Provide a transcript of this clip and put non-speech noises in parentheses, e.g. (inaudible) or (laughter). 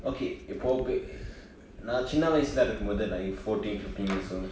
okay இப்பொ:ippo (noise) நா சின்ன வயசுல இருக்கும்போது:naa chinna vayasaa irukumbothu like fourteen fifteen years old